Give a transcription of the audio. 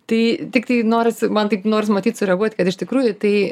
tai tiktai norisi man taip norisi matyt sureaguot kad iš tikrųjų tai